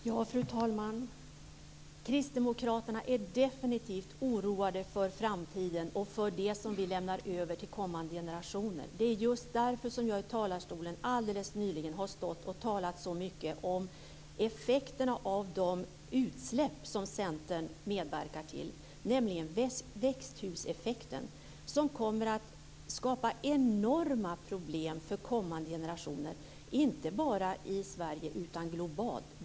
Fru talman! Kristdemokraterna är definitivt oroade för framtiden och för det som vi lämnar över till kommande generationer. Det är just därför som jag alldeles nyligen stod i talarstolen och talade så mycket om effekten av de utsläpp som Centern medverkar till, nämligen växthuseffekten. Den kommer att skapa enorma problem för kommande generationer inte bara i Sverige, utan också globalt.